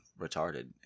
retarded